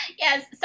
Yes